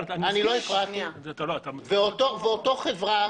אותה חברה